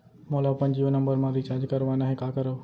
मोला अपन जियो नंबर म रिचार्ज करवाना हे, का करव?